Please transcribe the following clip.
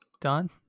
done